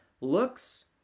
looks